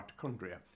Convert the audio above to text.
mitochondria